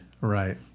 Right